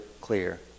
clear